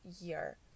year